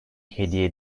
hediye